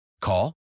Call